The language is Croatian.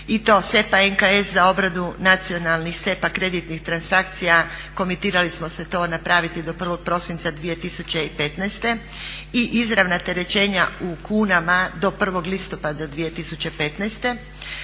I to SEPA NKS za obradu nacionalnih SEPA kreditnih transakcija, komutirali smo se to napraviti do 1. prosinca 2015. i izravna terećenja u kunama do 1. listopada 2015.